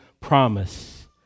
promise